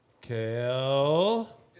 Kale